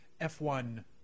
F1